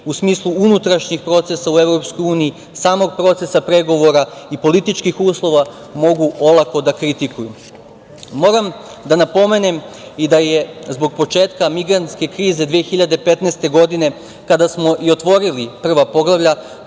u smislu unutrašnjih procesa u EU, samog procesa pregovora i političkih uslova mogu olako da kritikuju. Moram da napomenem da je zbog početka migrantske krize 2015. godine, kada smo i otvorili prva poglavlja,